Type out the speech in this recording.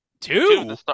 Two